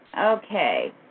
Okay